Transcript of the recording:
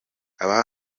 aha